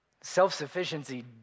Self-sufficiency